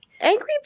Angry